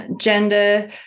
gender